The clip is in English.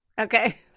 Okay